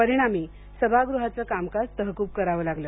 परिणामी सभागृहाचं कामकाज तहकूब करावं लागलं